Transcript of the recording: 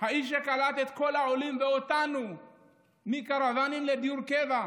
האיש שקלט את כל העולים ואותנו מקרוונים לדיור קבע,